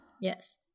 Yes